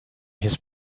his